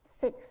six